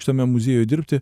šitame muziejuj dirbti